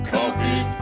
Coffee